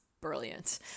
brilliant